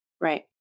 Right